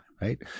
right